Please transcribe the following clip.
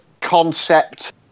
concept